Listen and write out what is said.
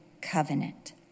covenant